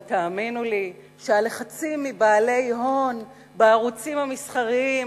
אבל תאמינו לי שהלחצים מבעלי הון בערוצים המסחריים